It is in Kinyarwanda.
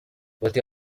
bati